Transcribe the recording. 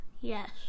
Yes